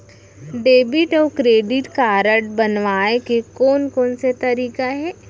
Debit अऊ credit card बनवाए के कोन कोन से तरीका हे?